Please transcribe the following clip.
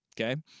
Okay